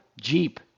Jeep